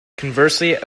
conversely